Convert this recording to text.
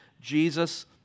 Jesus